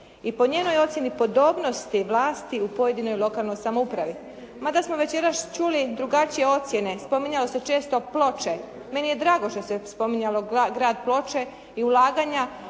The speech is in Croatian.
i po njenoj ocjeni podobnosti vlasti u pojedinoj lokalnoj samoupravi. Mada smo večeras čuli drugačije ocjene, spominjalo se često Ploče, meni je drago što se spominjalo grad Ploče i ulaganja